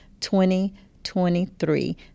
2023